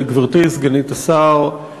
גברתי סגנית השר, אכן,